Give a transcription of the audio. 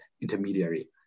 intermediary